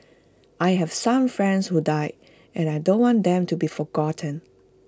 I have some friends who died and I don't want them to be forgotten